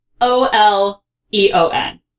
O-L-E-O-N